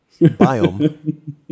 Biome